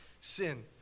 sin